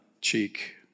cheek